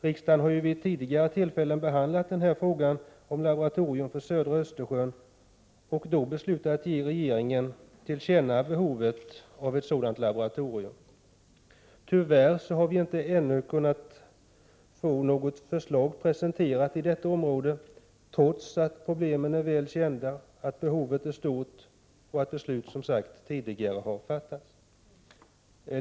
Riksdagen har vid tidigare tillfällen behandlat frågan om laboratorium för södra Östersjön och då beslutat att ge regeringen till känna | behovet av ett sådant laboratorium. Tyvärr har vi ännu inte fått något förslag | presenterat på detta område, trots att problemen är väl kända, behovet är stort och beslut som sagt tidigare fattats.